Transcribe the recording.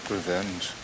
Revenge